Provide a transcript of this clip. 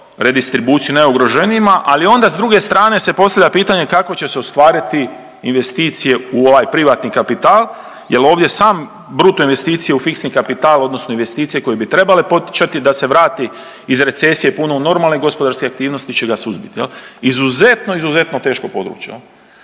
redistribuciju najugroženijima, ali onda s druge strane se postavlja pitanje kako će se ostvariti investicije u ovaj privatni kapital jel ovdje sam bruto investicije u fiksni kapital odnosno investicije koje bi trebale poticati da se vrati iz recesije puno u normalne gospodarske aktivnosti će ga suzbit jel, izuzetno, izuzetno teško područje